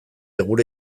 gure